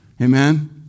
Amen